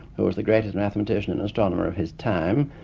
who was the greatest mathematician and astronomer of his time.